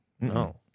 No